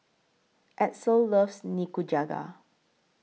Edsel loves Nikujaga